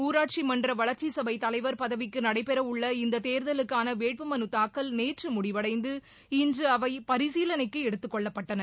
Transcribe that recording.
ஊராட்சி மன்ற வளர்ச்சி சபை தலைவர் பதவிக்கு நனடபெறவுள்ள இந்த தேர்தலுக்கான வேட்பு மனு தாக்கல் நேற்று முடிவடைந்து இன்று அவை பரிசீலனைக்கு எடுததுக்கொள்ளப்பட்டன